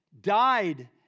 died